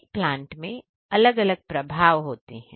एक प्लांट मेंअलग अलग प्रभाव होते हैं